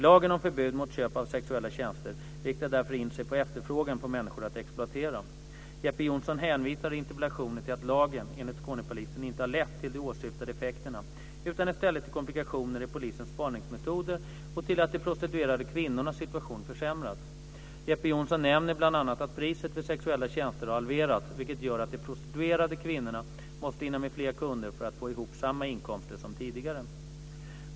Lagen om förbud mot köp av sexuella tjänster riktar därför in sig på efterfrågan på människor att exploatera. Jeppe Johnsson hänvisar i interpellationen till att lagen, enligt Skånepolisen, inte har lett till de åsyftade effekterna utan i stället till komplikationer i polisens spaningsmetoder och till att de prostituerade kvinnornas situation försämrats. Jeppe Johnsson nämner bl.a. att priset för sexuella tjänster har halverats, vilket gör att de prostituerade kvinnorna måste hinna med fler kunder för att få ihop samma inkomster som tidigare.